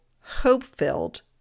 hope-filled